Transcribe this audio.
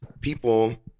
people